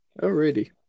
Alrighty